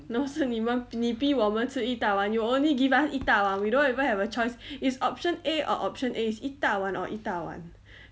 no 是你们你比我们吃一大碗 you only give us 一大碗 we don't even have a choice is option A or option A is 一大碗 or 一大碗